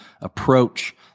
approach